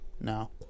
No